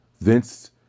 Vince